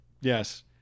Yes